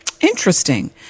Interesting